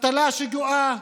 האבטלה גואה,